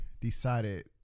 decided